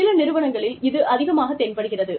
சில நிறுவனங்களில் இது அதிகமாகத் தென்படுகிறது